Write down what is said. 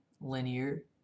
linear